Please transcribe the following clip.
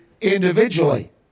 individually